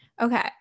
Okay